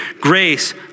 grace